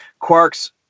quarks